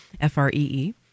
f-r-e-e